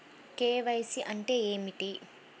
KYC అంటే ఏమి?